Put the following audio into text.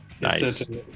Nice